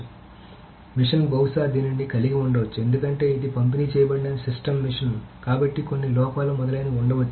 కాబట్టి మెషిన్ బహుశా దీనిని కలిగి ఉండవచ్చు ఎందుకంటే ఇది పంపిణీ చేయబడిన సిస్టమ్ మెషిన్ కాబట్టి కొన్ని లోపాలు మొదలైనవి ఉండవచ్చు